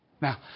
Now